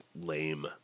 lame